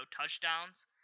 touchdowns